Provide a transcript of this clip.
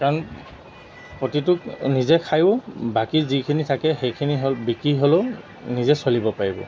কাৰণ প্ৰতিটোক নিজে খায়ো বাকী যিখিনি থাকে সেইখিনি হ'ল বিক্ৰী হ'লেও নিজে চলিব পাৰিব